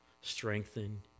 Strengthen